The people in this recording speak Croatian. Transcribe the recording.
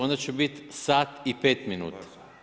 Onda će biti sat i 5 minuta.